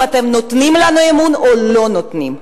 אם אתם נותנים בנו אמון או לא נותנים.